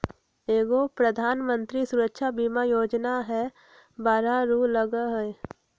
एगो प्रधानमंत्री सुरक्षा बीमा योजना है बारह रु लगहई?